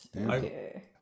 okay